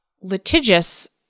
litigious